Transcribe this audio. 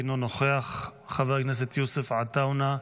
אינו נוכח, חבר הכנסת יוסף עטאונה,